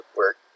work